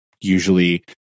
usually